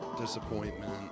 disappointment